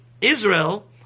Israel